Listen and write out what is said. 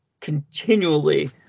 continually